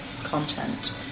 content